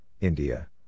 India